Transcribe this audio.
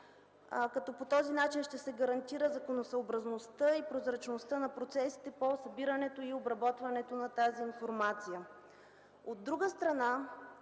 като по този начин ще се гарантира законосъобразността и прозрачността на процесите по събирането и обработването на тази информация. От друга страна,